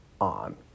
on